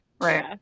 Right